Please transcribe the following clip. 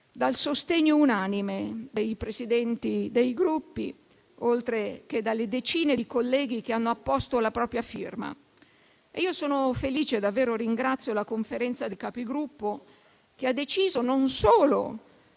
dal sostegno unanime dei Presidenti dei Gruppi, oltre che dalle decine di colleghi che hanno apposto la propria firma. Sono felice e davvero ringrazio la Conferenza dei Capigruppo, che non solo